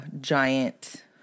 giant